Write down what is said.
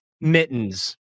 Mittens